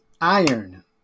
iron